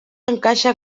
encaixa